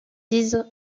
dix